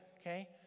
okay